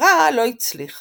החברה לא הצליחה,